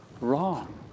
wrong